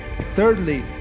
thirdly